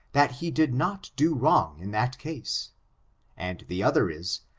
that he did not do wrong in that case and the other is,